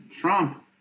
Trump